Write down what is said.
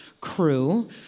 crew